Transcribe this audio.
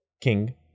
king